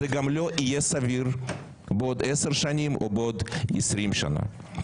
זה גם לא יהיה סביר בעוד 10 שנים או בעוד 20 שנים.